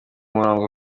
murongo